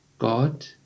God